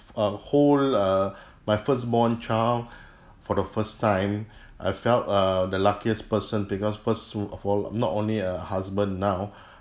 uh hold uh my first born child for the first time I felt uh the luckiest person because first uh of all I'm not only a husband now